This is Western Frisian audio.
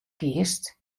giest